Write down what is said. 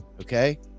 okay